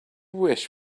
wish